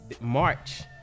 March